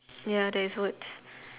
ya there is words